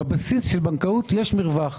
בבסיס של בנקאות יש מרווח.